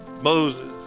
Moses